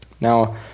Now